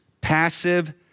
passive